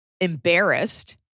embarrassed